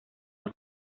los